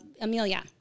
Amelia